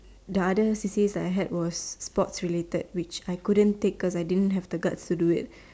the other C_C_A S that I has was sports related which I didn't take because I didn't have the guts to do it